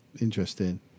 interesting